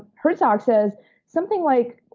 herzog says something like,